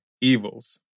evils